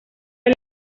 del